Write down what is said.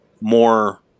more